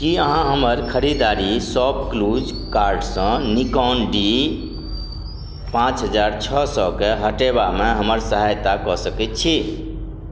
कि अहाँ हमर खरिदारी शॉपक्लूज कार्टसँ निकॉन डी पाँच हजार छओ सओकेँ हटेबामे हमर सहायता कऽ सकै छी